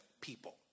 people